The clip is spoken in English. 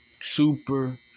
Super